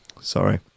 Sorry